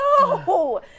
No